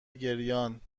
گریانخیلی